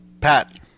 Pat